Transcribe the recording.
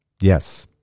Yes